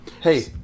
Hey